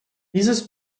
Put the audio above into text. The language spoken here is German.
dieses